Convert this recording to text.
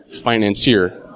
financier